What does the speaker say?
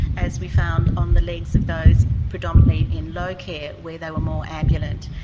as we found on the legs of those predominantly in low care where they were more ambulant.